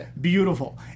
beautiful